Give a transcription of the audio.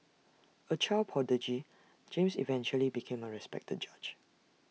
A child prodigy James eventually became A respected judge